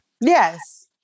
Yes